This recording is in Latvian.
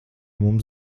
mums